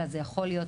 אלא זה יכול להיות,